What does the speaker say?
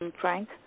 Frank